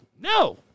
no